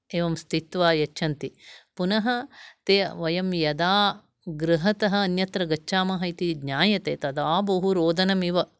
एवं स्थित्वा यच्छन्ति पुनः ते वयं यदा गृहतः अन्यत्र गच्छामः इति ज्ञायते यदा बहु रोदनमिव